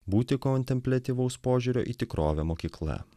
būti kontempliatyvaus požiūrio į tikrovę mokykla